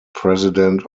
president